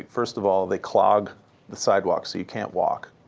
first of all, they clog the sidewalks so you can't walk.